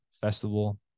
festival